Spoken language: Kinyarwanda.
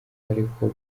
ariko